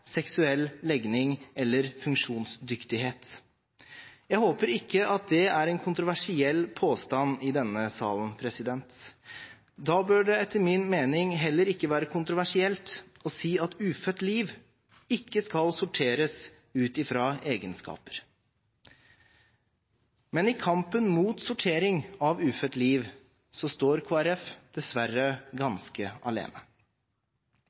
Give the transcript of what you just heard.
seksuell legning eller funksjonsdyktighet. Jeg håper ikke at det er en kontroversiell påstand i denne salen. Da bør det etter min mening heller ikke være kontroversielt å si at ufødt liv ikke skal sorteres ut fra egenskaper. Men i kampen mot sortering av ufødt liv står Kristelig Folkeparti dessverre ganske alene.